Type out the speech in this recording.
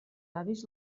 avis